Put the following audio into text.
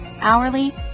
hourly